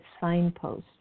signpost